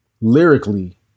Lyrically